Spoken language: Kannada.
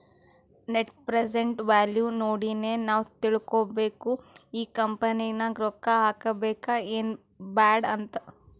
ನೆಟ್ ಪ್ರೆಸೆಂಟ್ ವ್ಯಾಲೂ ನೋಡಿನೆ ನಾವ್ ತಿಳ್ಕೋಬೇಕು ಈ ಕಂಪನಿ ನಾಗ್ ರೊಕ್ಕಾ ಹಾಕಬೇಕ ಎನ್ ಬ್ಯಾಡ್ ಅಂತ್